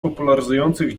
popularyzujących